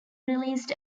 released